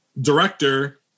director